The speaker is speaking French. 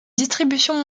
distribution